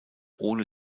ohne